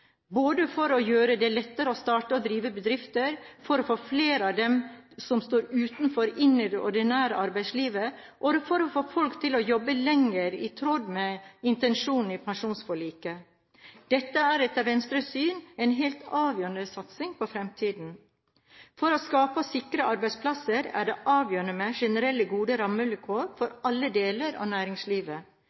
både for å gjøre det lettere å starte og drive bedrifter, for å få flere av dem som står utenfor, inn i det ordinære arbeidslivet og for å få folk til å jobbe lenger i tråd med intensjonen i pensjonsforliket. Dette er etter Venstres syn en helt avgjørende satsing på fremtiden. For å skape og sikre arbeidsplasser er det avgjørende med generelle, gode rammevilkår for alle deler av næringslivet,